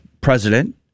president